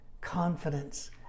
confidence